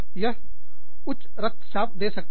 यह उच्च रक्तचाप दे सकता है